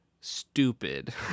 stupid